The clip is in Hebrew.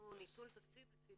יש לנו ניצול תקציב לפי